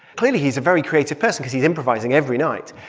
clearly, he's a very creative person because he's improvising every night,